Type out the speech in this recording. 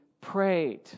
prayed